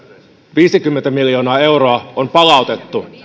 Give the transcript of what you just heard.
viisikymmentä miljoonaa euroa on palautettu